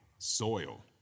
soil